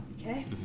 Okay